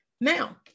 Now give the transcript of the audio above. Now